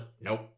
nope